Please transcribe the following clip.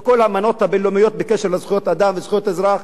כל האמנות הבין-לאומיות בקשר לזכויות אדם ולזכויות אזרח,